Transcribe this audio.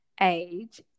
age